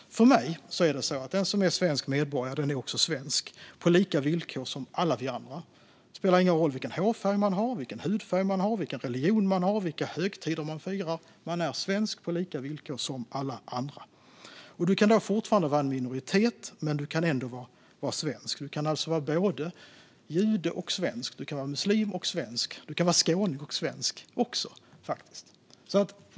För mig är det så att den som är svensk medborgare är också svensk på lika villkor som alla vi andra. Det spelar ingen roll vilken hårfärg man har, vilken hudfärg man har, vilken religion man har, vilka högtider man firar; man är svensk på lika villkor som alla andra. Man kan då fortfarande tillhöra en minoritet men ändå vara svensk. Man kan alltså våra både jude och svensk. Man kan vara muslim och svensk. Man kan faktiskt vara skåning och svensk också.